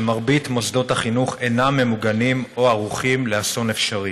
שמרבית מוסדות החינוך אינם ממוגנים או ערוכים לאסון אפשרי.